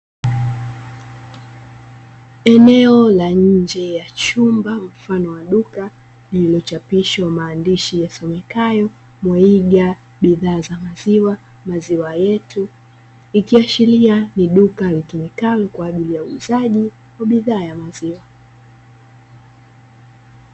Eneo la nje ya chumba mfano wa duka lililochapishwa maandishi yasomekayo mwaiga bidhaa za maziwa maziwa yetu, ikiashiria ni duka litumikalo kwaajili ya uuzaji wa bidhaa ya maziwa.